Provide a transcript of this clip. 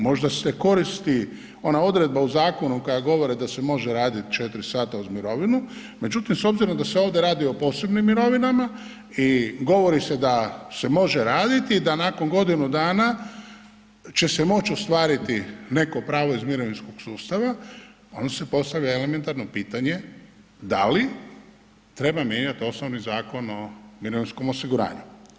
Možda se koristi ona odredba u zakonu koja govori da se može radit 4 sata uz mirovinu, međutim s obzirom da se ovdje radi o posebnim mirovinama i govori se da se može raditi, da nakon godinu dana će se moć ostvariti neko pravo iz mirovinskog sustava, onda se postavlja elementarno pitanje da li treba mijenjat osnovni Zakon o mirovinskom osiguranju?